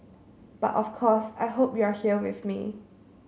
but of course I hope you're here with me